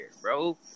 bro